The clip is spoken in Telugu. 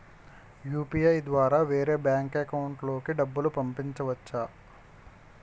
యు.పి.ఐ ద్వారా వేరే బ్యాంక్ అకౌంట్ లోకి డబ్బులు పంపించవచ్చా?